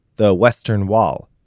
the western wall.